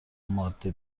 ماده